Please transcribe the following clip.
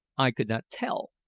i could not tell,